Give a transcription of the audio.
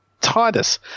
Titus